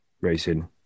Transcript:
racing